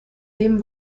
dem